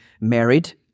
married